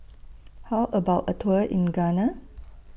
How about A Tour in Ghana